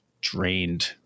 drained